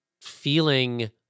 feeling